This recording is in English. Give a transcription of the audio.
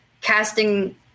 casting